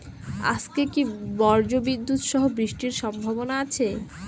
আজকে কি ব্রর্জবিদুৎ সহ বৃষ্টির সম্ভাবনা আছে?